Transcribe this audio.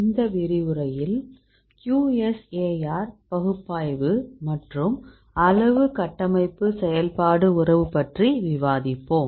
இந்த விரிவுரையில் QSAR பகுப்பாய்வு மற்றும் அளவு கட்டமைப்பு செயல்பாடு உறவு பற்றி விவாதிப்போம்